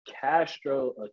Castro